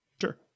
Sure